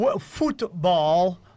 Football